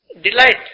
delight